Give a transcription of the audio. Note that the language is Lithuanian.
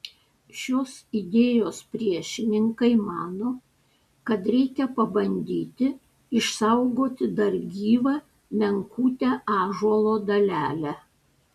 šios idėjos priešininkai mano kad reikia pabandyti išsaugoti dar gyvą menkutę ąžuolo dalelę